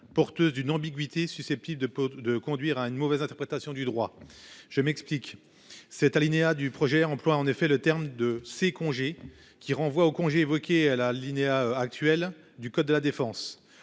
porteuse d'une ambiguïté susceptibles de peau de conduire à une mauvaise interprétation du droit. Je m'explique cet alinéa du projet emploi en effet le terme de ses congés qui renvoie aux congés évoqué à La Linea actuel du code de la défense.